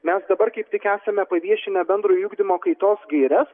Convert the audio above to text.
mes dabar kaip tik esame paviešinę bendrojo ugdymo kaitos gaires